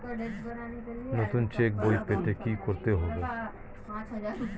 নতুন চেক বই পেতে কী করতে হবে?